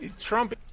Trump